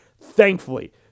Thankfully